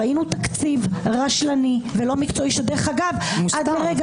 ראינו תקציב רשלני ולא מקצועי שאגב עד רגע